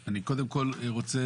אני קודם כל רוצה